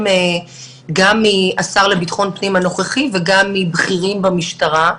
גם מהשר לביטחון פנים הנוכחי וגם מבכירים במשטרה.